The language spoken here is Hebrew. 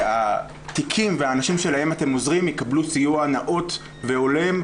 שהתיקים והאנשים שלהם אתם עוזרים יקבלו סיוע נאות והולם,